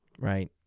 right